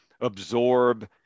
absorb